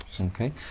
Okay